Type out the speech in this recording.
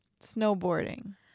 Snowboarding